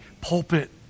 pulpit